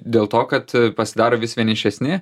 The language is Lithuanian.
dėl to kad pasidaro vis vienišesni